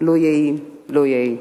לו יהי, לו יהי.